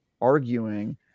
arguing